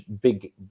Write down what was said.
big